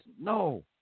No